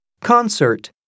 Concert